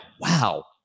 wow